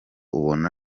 ubona